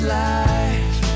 life